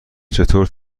چطور